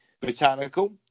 Botanical